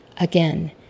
again